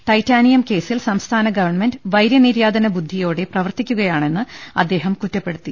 titanium കേസിൽ സംസ്ഥാന government വൈര്യ നിര്യാ തന ബുദ്ധിയോടെ പ്രവർത്തിക്കുകയാണെന്ന് അദ്ദേഹം കുറ്റപ്പെട്ട ടുത്തി